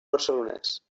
barcelonès